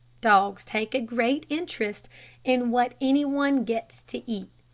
dogs take a great interest in what any one gets to eat.